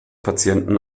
patienten